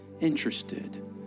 interested